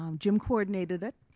um jim coordinated it.